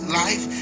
life